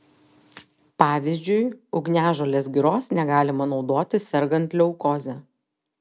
pavyzdžiui ugniažolės giros negalima naudoti sergant leukoze